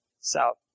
South